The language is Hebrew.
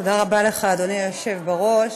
תודה רבה לך, אדוני היושב בראש.